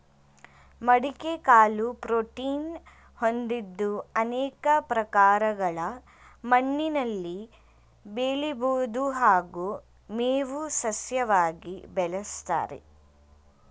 ಮಡಿಕೆ ಕಾಳು ಪ್ರೋಟೀನ್ ಹೊಂದಿದ್ದು ಅನೇಕ ಪ್ರಕಾರಗಳ ಮಣ್ಣಿನಲ್ಲಿ ಬೆಳಿಬೋದು ಹಾಗೂ ಮೇವು ಸಸ್ಯವಾಗಿ ಬೆಳೆಸ್ತಾರೆ